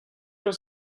was